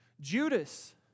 Judas